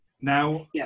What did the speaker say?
now